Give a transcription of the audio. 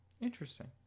Interesting